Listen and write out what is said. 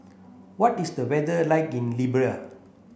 what is the weather like in Libya